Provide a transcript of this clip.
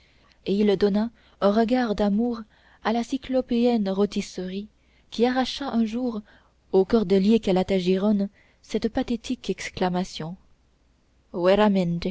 et il donna un regard d'amour à la cyclopéenne rôtisserie qui arracha un jour au cordelier calatagirone cette pathétique exclamation